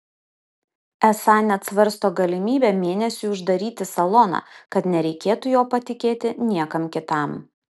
esą net svarsto galimybę mėnesiui uždaryti saloną kad nereikėtų jo patikėti niekam kitam